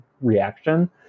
reaction